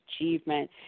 achievement